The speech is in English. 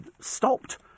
stopped